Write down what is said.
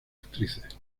actrices